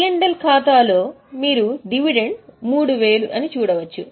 P L ఖాతా లో మీరు డివిడెండ్ 3000 ను చూడవచ్చు